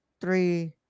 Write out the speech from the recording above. three